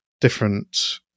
different